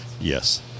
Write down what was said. Yes